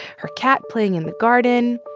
her cat playing in the garden.